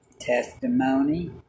testimony